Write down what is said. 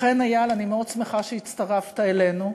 לכן, איל, אני מאוד שמחה שהצטרפת אלינו.